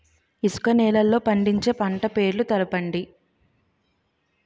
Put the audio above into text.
ఇసుక నేలల్లో పండించే పంట పేర్లు తెలపండి?